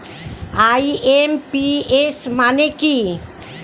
IMPS মানে কি?